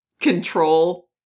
control